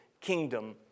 kingdom